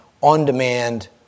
on-demand